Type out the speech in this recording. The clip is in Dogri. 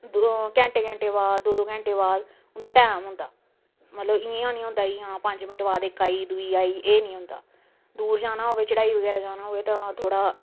घैंटे घैंट दे बाद दो दो घैंटे दे बाद उंदा टैम होंदा मतलव इं'या निं होंदा की हां पंज मैंट बाद इक आई दूई आई एह् निं होंदा दूर जाना होऐ चढ़ाई वगैरा जाना होऐ तां थोह्ड़ा